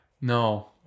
No